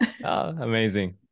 Amazing